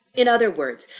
in other words,